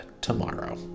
tomorrow